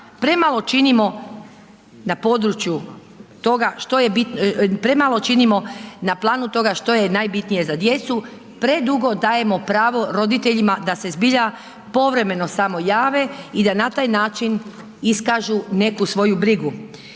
premalo činimo, na planu toga, što je najbitnije za djecu, predugo dajemo pravo roditeljima da se zbilja povremeno samo jave i da na taj način iskažu neku svoju brigu.